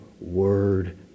word